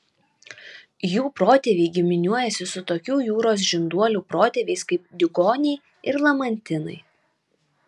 jų protėviai giminiuojasi su tokių jūros žinduolių protėviais kaip diugoniai ir lamantinai